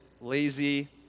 lazy